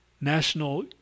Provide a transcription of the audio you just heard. National